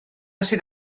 sydd